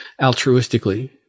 altruistically